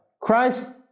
Christ